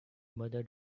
mother